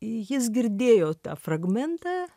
jis girdėjo tą fragmentą